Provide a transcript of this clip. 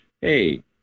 Hey